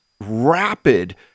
rapid